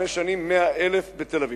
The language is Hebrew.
חמש שנים 100,000 בתל-אביב.